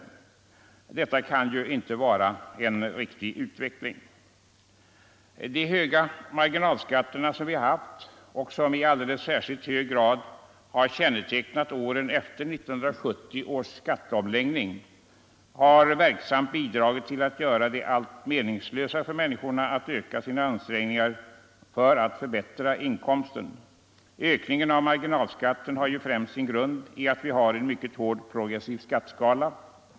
Detta kan ju inte vara en rimlig utveckling. De höga marginalskatter som vi haft — och som i alldeles särskilt hög grad har kännetecknat åren efter 1970 års skatteomläggning — har verksamt bidragit till att göra det allt meningslösare för människorna att öka sina ansträngningar för att förbättra inkomsten. Ökningen av marginalskatten har ju främst sin grund i att vi har en mycket hård progressiv skatteskala.